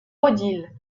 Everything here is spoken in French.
odile